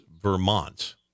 Vermont